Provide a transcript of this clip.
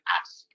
ask